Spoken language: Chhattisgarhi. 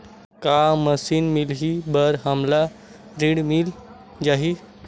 का मशीन मिलही बर हमला ऋण मिल जाही?